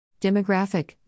Demographic